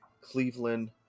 Cleveland